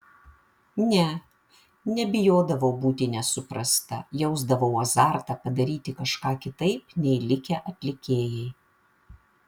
ne nebijodavau būti nesuprasta jausdavau azartą padaryti kažką kitaip nei likę atlikėjai